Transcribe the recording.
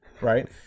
Right